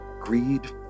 greed